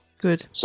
Good